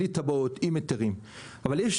בלי תב"עות,